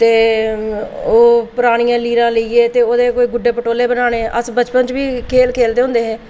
ओह् परानियां लीरां लेइयै ते ओह्दे ओह् गुड्डियां पटोले बनाने बचपन बिच बी खेल खेलदे होंदे हे